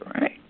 right